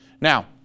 Now